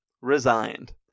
resigned